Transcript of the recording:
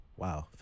Wow